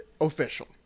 official